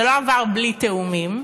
זה לא עבר בלי תיאומים,